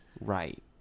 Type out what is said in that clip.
right